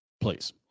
Please